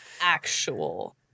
actual